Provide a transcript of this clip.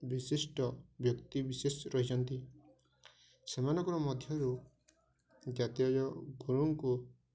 ବିଶିଷ୍ଟ ବ୍ୟକ୍ତି ବିଶେଷ ରହିଛନ୍ତି ସେମାନଙ୍କର ମଧ୍ୟରୁ ଜାତୀୟ ଗୁରୁଙ୍କୁ